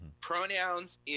pronouns